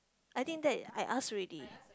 I think that I ask already